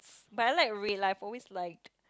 but I like red lah I've always liked